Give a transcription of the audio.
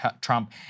Trump